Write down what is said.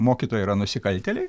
mokytojai yra nusikaltėliai